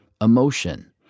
emotion